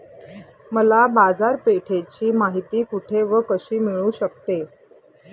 मला बाजारपेठेची माहिती कुठे व कशी मिळू शकते?